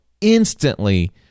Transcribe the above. instantly